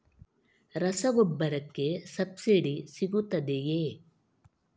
ರಸಗೊಬ್ಬರಕ್ಕೆ ಸಬ್ಸಿಡಿ ಸಿಗುತ್ತದೆಯೇ?